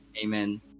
amen